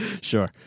Sure